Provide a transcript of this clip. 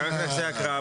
כל ההגדרות האלה,